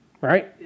Right